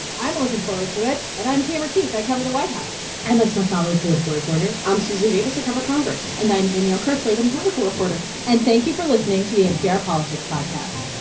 i'm looking forward to it. and i'm tamara keith. i cover the white house i'm asma khalid, political reporter i'm susan davis. i cover congress and i'm danielle kurtzleben, political reporter and thank you for listening to the npr politics podcast